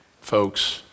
folks